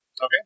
Okay